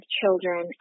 children